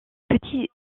petits